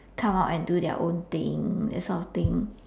come out and do their own thing that sort of thing